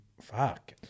fuck